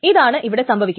ഇതാണ് അവിടെ സംഭവിക്കുക